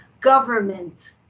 government